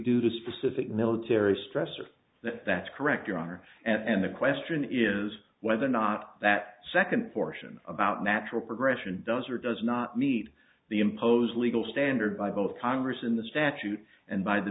do the specific military stress or that that's correct your honor and the question is whether or not that second portion about natural progression does or does not meet the imposed legal standard by both congress in the statute and by the